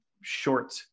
short